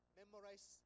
memorize